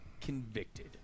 convicted